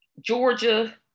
Georgia